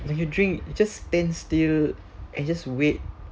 when you drink you just stand still and just wait